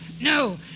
No